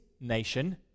nation